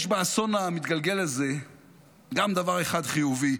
יש באסון המתגלגל הזה גם דבר אחד חיובי.